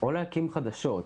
או להקים חדשות,